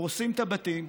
הורסים את הבתים,